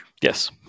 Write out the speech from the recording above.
Yes